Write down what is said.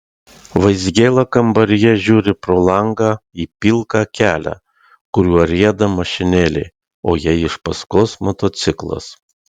vaizgėla kambaryje žiūri pro langą į pilką kelią kuriuo rieda mašinėlė o jai iš paskos motociklas